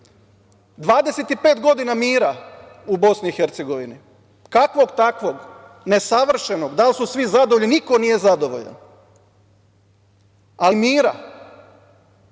25 godina mira u BiH, kakvog takvog, nesavršenog, da li su svi zadovoljni, niko nije zadovoljan, ali mira,